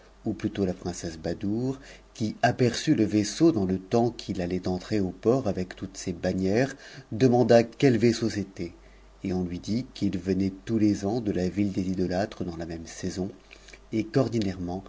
ou p la princesse badoure qui aperçut le vaisseau dans le temps qu entrer au port avec toutes ses bannières demanda quel vaisseau c b et on lui dit qu'il venait tons les ans de la ville des idotatrrs i a p saison et